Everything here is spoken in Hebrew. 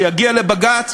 כשיגיע לבג"ץ,